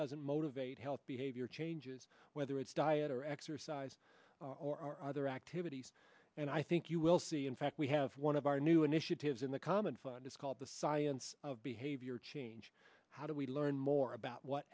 doesn't motivate health behavior changes whether it's diet or exercise or other activities and i think you will see in fact we have one of our new initiatives in the common fund is called the science of behavior change how do we learn more about what